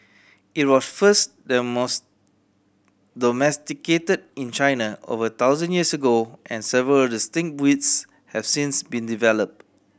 it was first domesticated in China over thousand years ago and several distinct breeds have since been developed